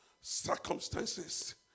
circumstances